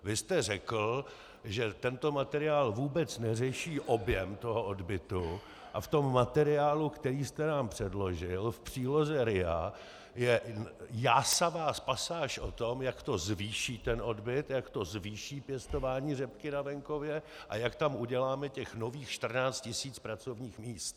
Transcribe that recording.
Vy jste řekl, že tento materiál vůbec neřeší objem odbytu, a v tom materiálu, který jste nám předložil v příloze RIA, je jásavá pasáž o tom, jak to zvýší ten odbyt, jak to zvýší pěstování řepky na venkově a jak tam uděláme těch nových 14 tisíc pracovních míst.